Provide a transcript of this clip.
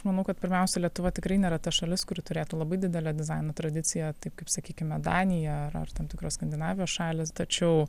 manau kad pirmiausia lietuva tikrai nėra ta šalis kuri turėtų labai didelę dizaino tradiciją taip kaip sakykime danija ar ar tam tikros skandinavijos šalys tačiau